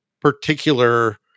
particular